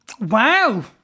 wow